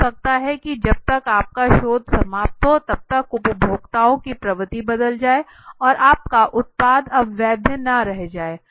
हो सकता है कि जब तक आपका शोध समाप्त हो तब तक उपभोक्ताओं की प्रवृत्ति बदल जाये और आपका उत्पाद अब वैध न रह जाये